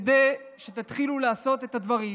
כדי שתתחילו לעשות את הדברים,